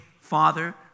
Father